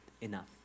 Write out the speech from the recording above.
enough